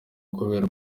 kubera